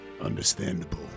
Understandable